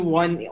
one